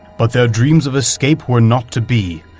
but their dreams of escape were not to be.